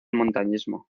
montañismo